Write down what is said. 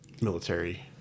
military